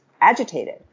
agitated